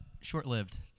short-lived